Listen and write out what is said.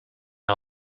was